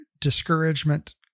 discouragement